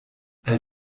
all